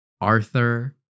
Arthur